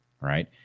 right